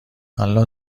الان